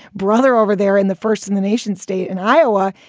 brother over there in the first in the nation state in iowa,